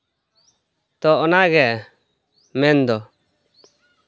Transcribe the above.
ᱛᱳ ᱚᱱᱟᱜᱮ ᱢᱮᱱᱫᱚ